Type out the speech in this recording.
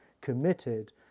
committed